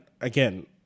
again